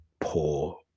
poor